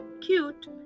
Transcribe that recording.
cute